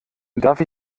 darf